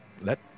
Let